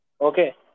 Okay